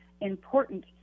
important